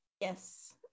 yes